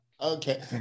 Okay